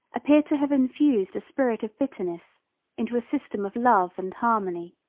appear to have infused a spirit of bitterness into a system of love and harmony.